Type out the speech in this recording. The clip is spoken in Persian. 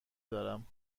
دارم